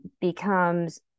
becomes